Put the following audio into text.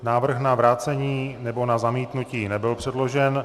Návrh na vrácení nebo na zamítnutí nebyl předložen.